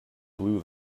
blew